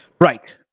Right